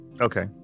Okay